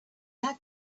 had